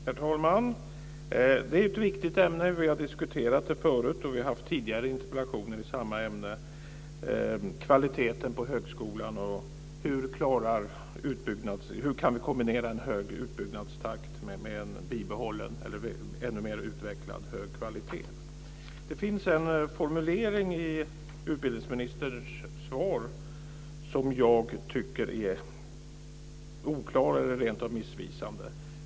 Herr talman! Det är ett viktigt ämne. Vi har diskuterat det förut. Vi har haft tidigare interpellationer i samma ämne. Det gäller kvaliteten på högskolan och hur vi kan kombinera en hög utbyggnadstakt med bibehållen eller mer utvecklad hög kvalitet. Det finns en formulering i utbildningsministerns svar som är oklar eller rentav missvisande.